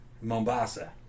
Mombasa